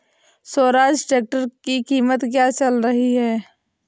Swaraj tractor की कीमत क्या चल रही है?